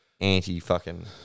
anti-fucking